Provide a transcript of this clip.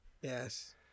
Yes